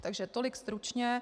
Takže tolik stručně.